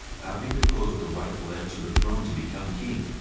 having deposed the rightful heir to the throne to become king,